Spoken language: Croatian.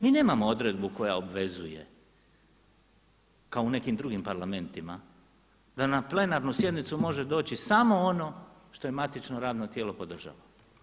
Mi nemamo odredbu koja obvezuje kao u nekim drugim parlamentima da na plenarnu sjednicu može doći samo ono što je matično radno tijelo podržalo.